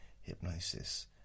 hypnosis